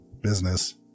Business